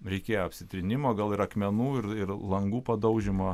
reikėjo apsitrynimo gal ir akmenų ir ir langų padaužymo